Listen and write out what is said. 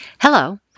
Hello